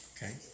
Okay